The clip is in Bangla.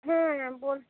হ্যাঁ হ্যাঁ বলছি